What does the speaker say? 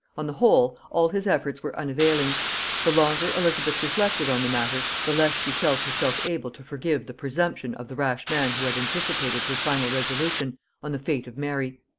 on the whole, all his efforts were unavailing the longer elizabeth reflected on the matter, the less she felt herself able to forgive the presumption of the rash man who had anticipated her final resolution on the fate of mary.